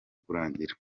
kurangira